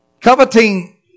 Coveting